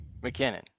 McKinnon